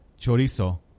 Chorizo